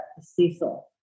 Cecil